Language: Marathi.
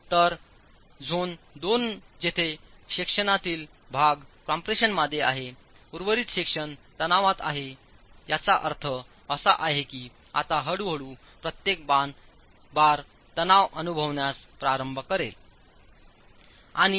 तर झोन 2 जेथे सेक्शनातील भाग कम्प्रेशनमध्ये आहे उर्वरित सेक्शन तणावात आहे ज्याचा अर्थ असा आहे की आता हळूहळू प्रत्येक बार तणाव अनुभवण्यास प्रारंभ करेल